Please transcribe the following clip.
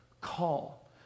call